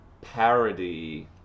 parody